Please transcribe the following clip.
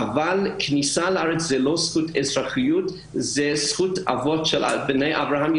אבל כניסה לארץ זאת לא זכות אזרחית אלא זאת זכות אבות של בני אברהם,